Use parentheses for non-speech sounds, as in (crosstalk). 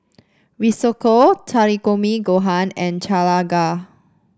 Risotto Takikomi Gohan and Chana (unintelligible)